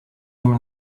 nim